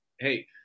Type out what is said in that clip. hey